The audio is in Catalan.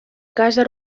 casa